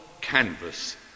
canvas